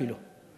אפילו,